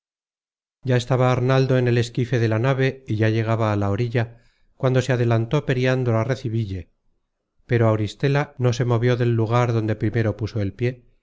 ya estaba arnaldo en el esquife de la nave y ya llegaba á la orilla cuando se adelantó periandro á recebille pero auristela no se movió del lugar donde primero puso el pié